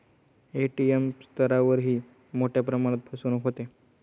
ATM स्तरावरही मोठ्या प्रमाणात फसवणूक होते